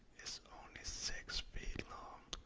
is only six feet long,